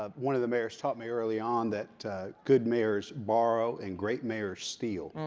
um one of the mayors taught me early on that good mayors borrow and great mayors steal.